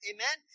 Amen